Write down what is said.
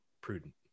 prudent